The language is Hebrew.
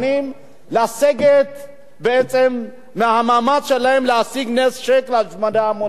לסגת בעצם מהמאמץ שלהם להשיג נשק להשמדה המונית.